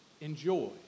enjoy